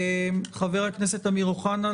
חבר הכנסת אמיר אוחנה.